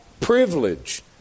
privilege